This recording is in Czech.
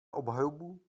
obhajobu